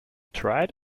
tried